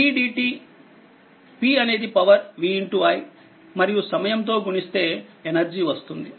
Pdt P అనేది power vi మరియుసమయం తో గుణిస్తేఎనర్జీ వస్తుంది